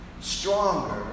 stronger